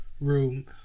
room